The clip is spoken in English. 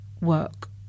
work